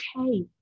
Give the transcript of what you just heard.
okay